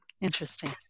Interesting